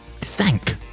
thank